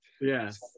Yes